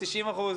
90%?